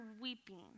weeping